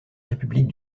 république